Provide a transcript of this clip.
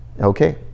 Okay